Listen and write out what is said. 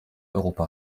europa